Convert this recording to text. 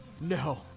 No